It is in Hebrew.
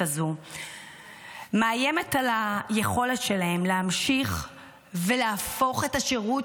הזו מאיימת על היכולת שלהם להמשיך ולהפוך את השירות